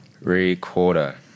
Recorder